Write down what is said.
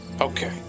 Okay